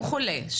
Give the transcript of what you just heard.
הוא חולה?